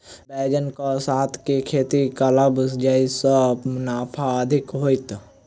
बैंगन कऽ साथ केँ खेती करब जयसँ मुनाफा अधिक हेतइ?